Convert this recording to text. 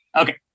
Okay